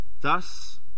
Thus